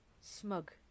smug